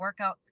workouts